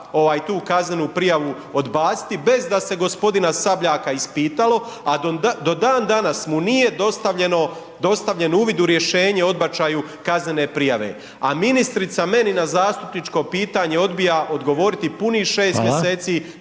tu kaznenu prijavu odbaciti bez da se g. Sabljaka ispitalo, a do dan danas mu nije dostavljen uvid u rješenje o odbačaju kaznene prijave. A ministrica meni na zastupničko pitanje odbija odgovoriti punih 6 mjeseci